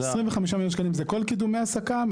25 מיליון שקלים, זה כל קידומי העסקה.